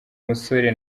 musore